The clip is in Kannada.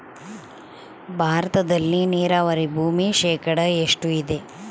ಭಾರತದಲ್ಲಿ ನೇರಾವರಿ ಭೂಮಿ ಶೇಕಡ ಎಷ್ಟು ಇದೆ?